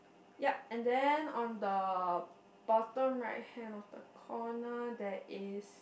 ya and then on the bottom right hand of the corner there is